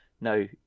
no